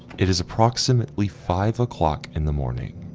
it is approximately five o'clock in the morning.